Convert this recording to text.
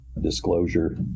disclosure